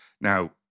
Now